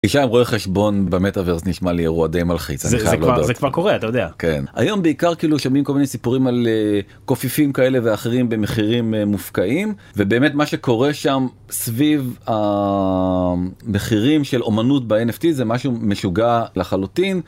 אישה רואה חשבון במטאברס נשמע לי אירוע די מלחיץ היום בעיקר כאילו שמעים כל מיני סיפורים על קופיפים כאלה ואחרים במחירים מופקעים ובאמת מה שקורה שם סביב המחירים של אמנות בNFT זה משהו משוגע לחלוטין.